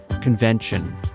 convention